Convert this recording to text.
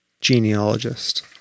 genealogist